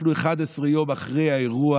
אנחנו 11 יום אחרי האירוע